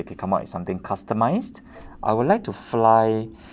could come up with something customised I would like to fly